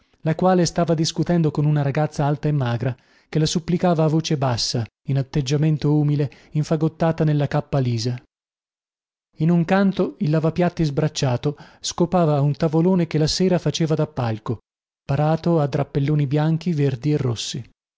la quale stava discutendo con una ragazza alta e magra che la supplicava a voce bassa in atteggiamento umile infagottata nella cappa lisa in un canto il lavapiatti sbracciato scopava un tavolone che la sera faceva da palco parato a drappelloni bianchi verdi e rossi